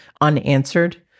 unanswered